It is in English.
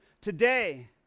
Today